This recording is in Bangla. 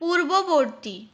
পূর্ববর্তী